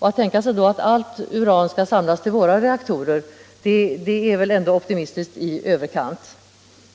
då tänka sig att allt uran skulle samlas till våra reaktorer är väl ändå optimistiskt i överkant.